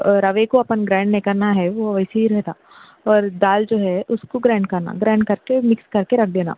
روے کو آپن گرائنڈ نہیں کرنا ہے وہ ویسے ہی رہتا اور دال جو ہے اس کو گرائنڈ کرنا گرائنڈ کر کے مکس کر کے رکھ دینا